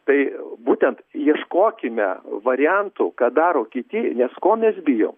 tai būtent ieškokime variantų ką daro kiti nes ko mes bijom